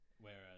Whereas